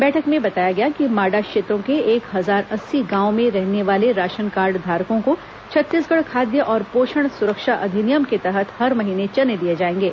बैठक में बताया गया कि माडा क्षेत्रों के एक हजार अस्सी गांवों में रहने वाले राशन कार्डधारकों को छत्तीसगढ़ खाद्य और पोषण सुरक्षा अधिनियम दो हजार बारह के तहत हर महीने चने दिए जाएंगे